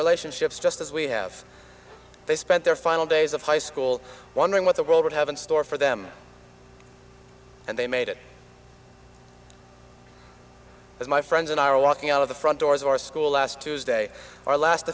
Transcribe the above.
relationships just as we have they spent their final days of high school wondering what the world would have in store for them and they made it as my friends and i are walking out of the front doors or school last tuesday our last